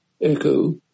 echo